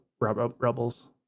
Rebels